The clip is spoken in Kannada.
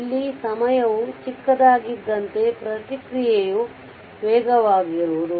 ಇಲ್ಲಿ ಸಮಯವು ಚಿಕ್ಕದಾಗಿದ್ದಂತೆ ಪ್ರತಿಕ್ರಿಯೆಯು ವೇಗವಾಗಿರುವುದು